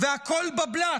והכול בבל"ת,